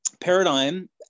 paradigm